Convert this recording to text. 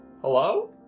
hello